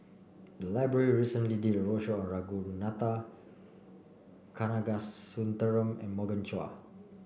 the library recently did a roadshow on Ragunathar Kanagasuntheram and Morgan Chua